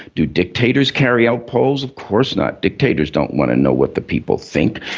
do dictators carry out polls? of course not. dictators don't want to know what the people think,